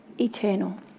eternal